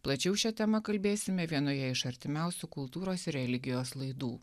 plačiau šia tema kalbėsime vienoje iš artimiausių kultūros ir religijos laidų